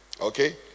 Okay